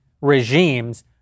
Regimes